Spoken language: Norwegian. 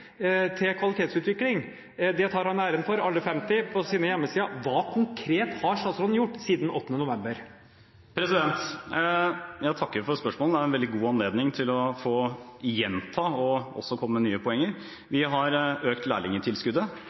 til kvalitetsutvikling. Det tar han æren for, alle 50, på hjemmesiden. Hva konkret har statsråden gjort siden 8. november? Jeg takker for spørsmålet. Det er en veldig god anledning til å få gjenta poenger, og også komme med nye. Vi har økt